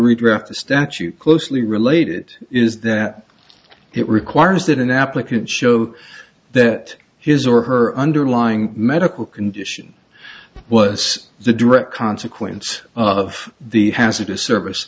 redraft the statute closely related is that it requires that an applicant show that his or her underlying medical condition was the direct consequence of the hazardous service